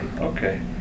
Okay